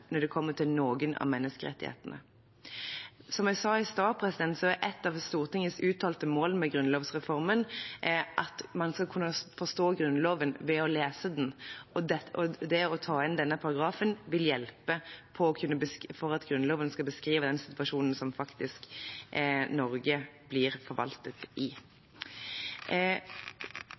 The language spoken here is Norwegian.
når det kommer til noen av menneskerettighetene. Som jeg sa i stad, er ett av Stortingets uttalte målt med grunnlovsreformen at man skal kunne forstå Grunnloven ved å lese den. Det å ta inn denne paragrafen vil hjelpe på at Grunnloven skal beskrive den situasjonen som faktisk Norge blir forvaltet i.